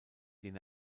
den